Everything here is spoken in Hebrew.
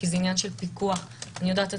כי זה עניין של פיקוח אני יודעת עד